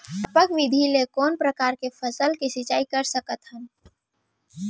टपक विधि ले कोन परकार के फसल के सिंचाई कर सकत हन?